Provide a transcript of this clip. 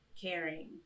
caring